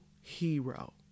hero